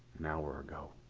an hour ago.